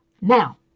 Now